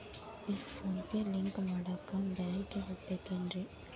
ಈ PhonePe link ಮಾಡಾಕ ಬ್ಯಾಂಕಿಗೆ ಹೋಗ್ಬೇಕೇನ್ರಿ?